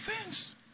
Offense